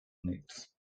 units